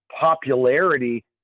popularity